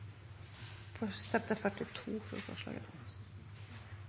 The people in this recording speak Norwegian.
å sette